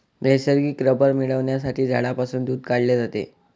नैसर्गिक रबर मिळविण्यासाठी झाडांपासून दूध काढले जाते